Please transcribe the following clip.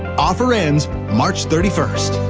offer ends march thirty first.